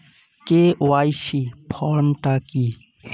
KYC form টা কি?